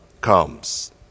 comes